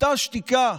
אותה שתיקה,